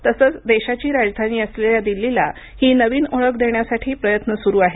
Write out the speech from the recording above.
तसेच देशाची राजधानी असलेल्या दिल्लीला ही नवीन ओळख देण्यसाठी प्रयत्न सुरू आहेत